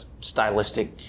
stylistic